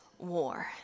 War